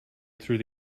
through